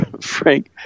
Frank